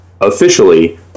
officially